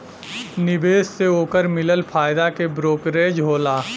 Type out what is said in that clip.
निवेश से ओकर मिलल फायदा के ब्रोकरेज होला